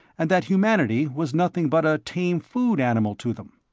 and that humanity was nothing but a tame food animal to them?